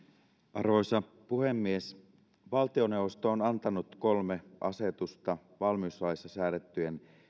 arvoisa puhemies valtioneuvosto on antanut kolme asetusta valmiuslaissa säädettyjen